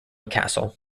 castle